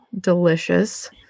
delicious